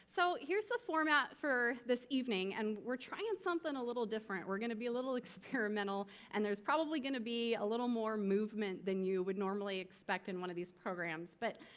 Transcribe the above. so here's the format for this evening, and we're trying and something a little different. we're gonna be a little experimental and there's probably gonna be a little more movement than you would normally expect in one of these programs. but,